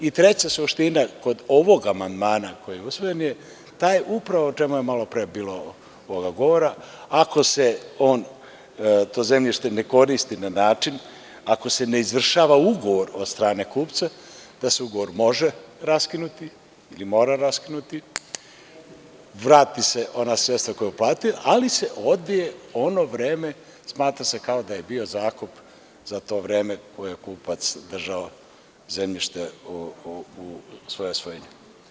Treća suština kod ovog amandmana koji je usvojen je, taj je upravo o čemu je malo pre bilo govora, ako se on, to zemljište ne koristi na način, ako se ne izvršava ugovor od strane kupca, da se ugovor može raskinuti i mora raskinuti, vrate se ona sredstva koja je uplatio, ali se odbije ono vreme, smatra se kao da je bio zakup za to vreme koje je kupac držao zemljište u svojoj svojini.